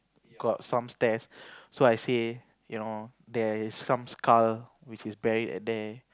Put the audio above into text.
got some stairs so I say there is some skull which is buried at there